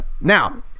Now